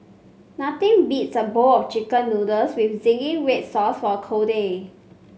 nothing beats a bowl of chicken noodles with zingy red sauce on a cold day